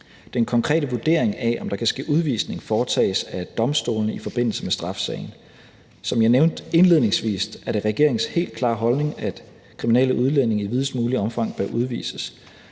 Den konkrete vurdering af, om der kan ske udvisning, foretages af domstolene i forbindelse med straffesagen. Kl. 10:05 Som jeg nævnte indledningsvis, er det regeringens helt klare holdning, at kriminelle udlændinge i videst muligt omfang bør udvises,